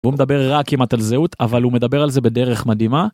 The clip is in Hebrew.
הוא מדבר רק כמעט על זהות אבל הוא מדבר על זה בדרך מדהימה.